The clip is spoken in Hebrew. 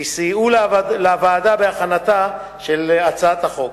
שסייעו לוועדה בהכנתה של הצעת החוק.